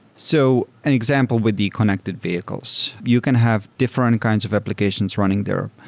so an example with the connected vehicles, you can have different kinds of applications running there.